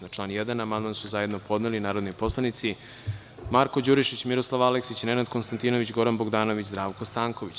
Na član 1. amandman su zajedno podneli narodni poslanici Marko Đurišić, Miroslav Aleksić, Nenad Konstantinović, Goran Bogdanović i Zdravko Stanković.